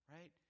right